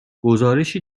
گزارشی